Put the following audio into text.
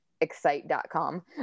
excite.com